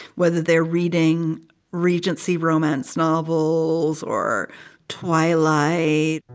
whether they're reading regency romance novels or twilight